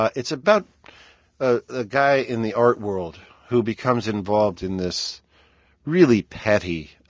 ah it's about a guy in the art world who becomes involved in this really petty